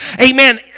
amen